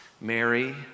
Mary